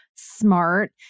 smart